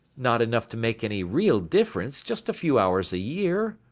not enough to make any real difference, just a few hours a year,